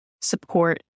support